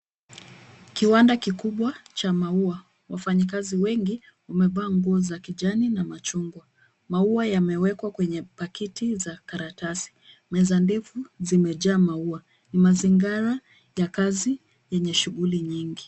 Kiwanda kikubwa cha maua. Wafanyikazi wengi wamevaa nguo za kijani na machungwa. Maua yamewekwa kwenye pakiti za karatasi. Meza ndefu zimejaa maua. Ni mazingira ya kazi yenye shughuli nyingi.